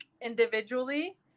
individually